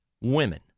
women